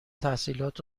تحصیلات